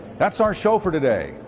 that's our show for today.